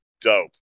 dope